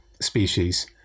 species